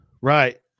Right